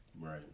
Right